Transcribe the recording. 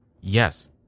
Yes